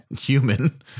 human